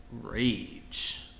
rage